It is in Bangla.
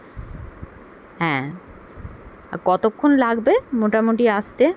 হ্যাঁ আর কতক্ষন লাগবে মোটামুটি আসতে